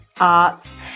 arts